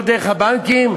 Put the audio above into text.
לא דרך הבנקים,